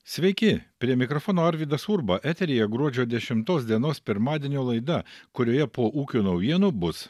sveiki prie mikrofono arvydas urba eteryje gruodžio dešimtos dienos pirmadienio laida kurioje po ūkio naujienų bus